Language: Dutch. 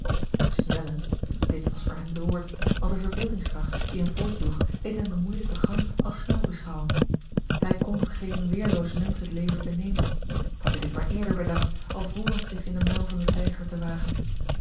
snellen dit was voor hem het woord want de verbeeldingskracht die hem voortjoeg deed hem den moeijelijken gang als snel beschouwen hij kon geen weerloos mensch het leven benemen had hij dit maar eerder bedacht alvorens zich in den muil van den tijger te wagen